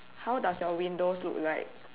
how does your windows look like